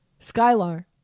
Skylar